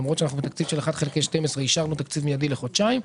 ולמרות שאנחנו בתקציב של 1/12 אישרנו תקציב מיידי לחודשיים.